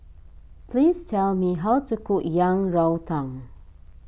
please tell me how to cook Yang Rou Tang